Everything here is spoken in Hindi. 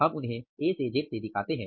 हम उन्हें ए से जेड से दिखाते हैं